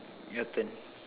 your turn